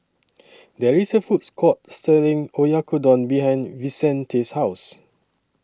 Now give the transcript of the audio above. There IS A Food Court Selling Oyakodon behind Vicente's House